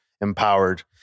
empowered